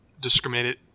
discriminated